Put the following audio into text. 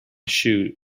shoes